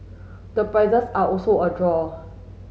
the prices are also a draw